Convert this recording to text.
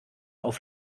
auf